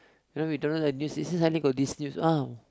you know we don't know the news is then suddenly got this news ah